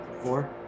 Four